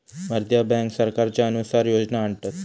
भारतीय बॅन्क सरकारच्या अनुसार योजना आणतत